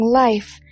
life